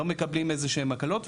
לא מקבלים איזשהם הקלות,